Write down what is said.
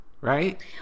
Right